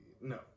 No